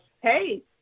hey